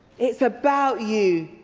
it's about you,